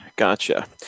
Gotcha